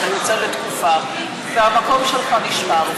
אתה יוצא לתקופה והמקום שלך נשמר.